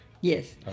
Yes